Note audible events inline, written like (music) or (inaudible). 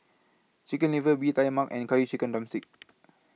Chicken Liver Bee Tai Mak and Curry Chicken Drumstick (noise)